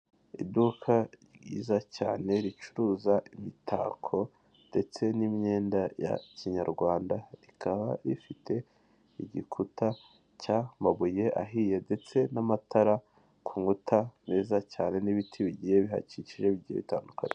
Iduka ryiza cyane ricuruza imitako ndetse n'imyenda ya kinyarwanda, rikaba rifite igikuta cy'amabuye ahiye ndetse n'amatara ku nkuta meza cyane n'ibiti bigiye bihakikije bigiye bitandukanye.